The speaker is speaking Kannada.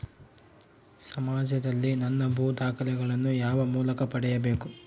ಸಮಾಜದಲ್ಲಿ ನನ್ನ ಭೂ ದಾಖಲೆಗಳನ್ನು ಯಾವ ಮೂಲಕ ಪಡೆಯಬೇಕು?